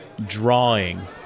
drawing